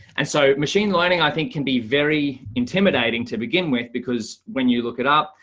and so machine learning, i think can be very intimidating to begin with. because when you look it up,